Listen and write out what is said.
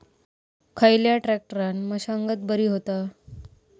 खयल्या ट्रॅक्टरान मशागत बरी होता?